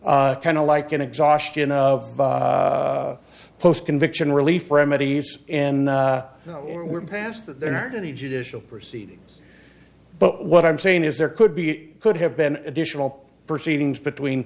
kind of like an exhaustion of post conviction relief remedies and we're past that there aren't any judicial proceedings but what i'm saying is there could be could have been additional proceedings between